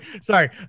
sorry